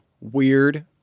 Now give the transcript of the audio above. weird